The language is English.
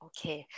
Okay